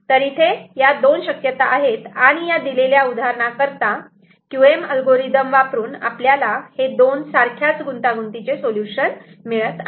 तर इथे हे या दोन शक्यता आहेत आणि या दिलेल्या उदाहरणा करता QM अल्गोरिदम वापरून आपल्याला हे दोन सारख्याच गुंतागुंतीचे सोल्युशन मिळत आहेत